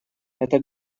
это